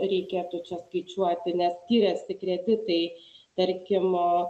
reikėtų čia skaičiuoti nes skiriasi kreditai tarkim